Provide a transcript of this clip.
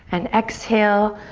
and exhale,